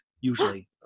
usually